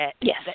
yes